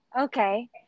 Okay